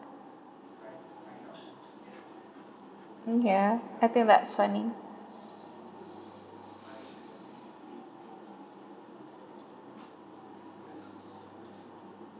yeah I think that’s funny